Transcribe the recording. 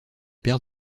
père